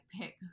pick